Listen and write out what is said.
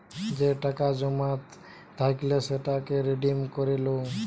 যে টাকা জমা থাইকলে সেটাকে রিডিম করে লো